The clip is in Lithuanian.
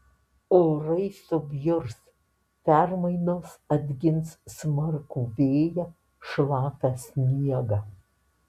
orai subjurs permainos atgins smarkų vėją šlapią sniegą